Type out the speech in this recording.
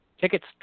Tickets